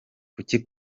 kuki